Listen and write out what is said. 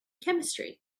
chemistry